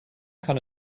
kann